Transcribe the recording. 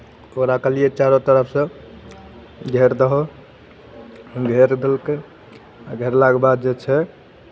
ओकरा कहलियै चारू तरफसँ घेर दहो घेर देलकै आ घेरलाके बाद जे छै